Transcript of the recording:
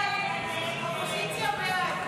הסתייגות 45 לא נתקבלה.